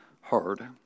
hard